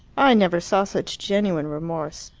i never saw such genuine remorse.